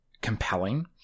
compelling